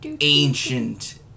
ancient